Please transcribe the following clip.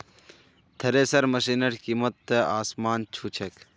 thresher मशिनेर कीमत त आसमान छू छेक